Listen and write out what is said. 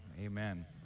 Amen